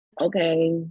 okay